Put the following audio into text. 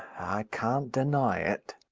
i can't deny it.